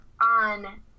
on